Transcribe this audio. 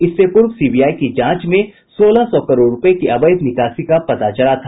इससे पूर्व सीबीआई की जांच में सोलह सौ करोड़ रूपये की अवैध निकासी का पता चला था